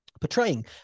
portraying